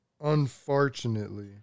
Unfortunately